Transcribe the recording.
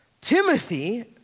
Timothy